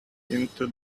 into